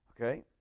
okay